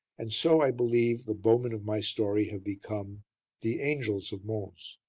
and so, i believe, the bowmen of my story have become the angels of mons.